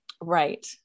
right